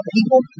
People